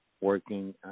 working